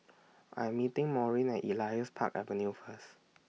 I'm meeting Maurine Elias Park Avenue First